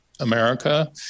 America